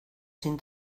sin